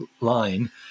line